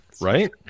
Right